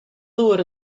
ddŵr